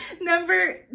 number